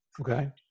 Okay